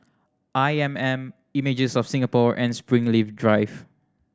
I M M Images of Singapore and Springleaf Drive